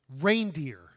reindeer